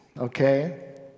okay